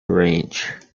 range